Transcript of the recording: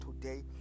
today